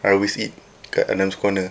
I always eat dekat Adam's Corner